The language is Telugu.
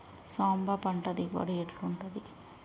సాంబ పంట దిగుబడి ఎట్లుంటది?